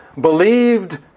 believed